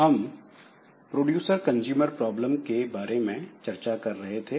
हम producer consumer problem के बारे में चर्चा कर रहे थे